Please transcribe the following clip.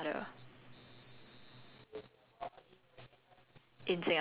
ya so one of my one of my biggest dreams right is to buy a house for my mother